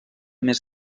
més